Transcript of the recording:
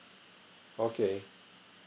okay